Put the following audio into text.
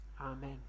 amen